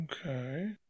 Okay